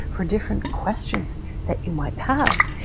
for different questions that you might have.